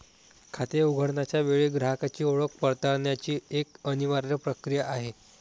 खाते उघडण्याच्या वेळी ग्राहकाची ओळख पडताळण्याची एक अनिवार्य प्रक्रिया आहे